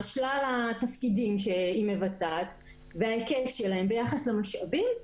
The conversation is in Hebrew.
על שלל התפקידים שהיא מבצעת וההיקף שלהם ביחס למשאבים,